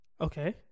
Okay